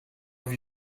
have